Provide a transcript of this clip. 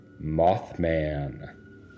Mothman